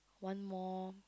one more